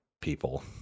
people